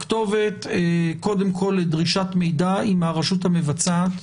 הכתובת לדרישת מידע היא מהרשות המבצעת.